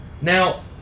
Now